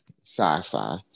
sci-fi